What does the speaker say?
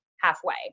halfway